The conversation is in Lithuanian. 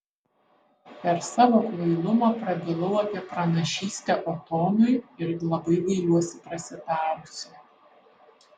per savo kvailumą prabilau apie pranašystę otonui ir labai gailiuosi prasitarusi